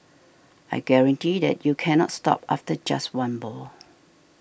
I guarantee that you cannot stop after just one ball